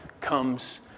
comes